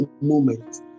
moment